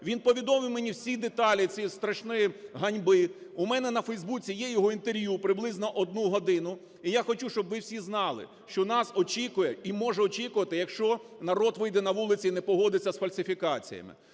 Він повідомив мені всі деталі цієї страшної ганьби. У мене на Фейсбуці є його інтерв'ю приблизно 1 година. І я хочу, щоб ви всі знали, що нас очікує і може очікувати, якщо народ вийде на вулиці і не погодиться з фальсифікаціями.